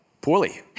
Poorly